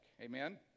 amen